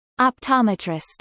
optometrist